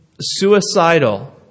suicidal